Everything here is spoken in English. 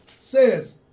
says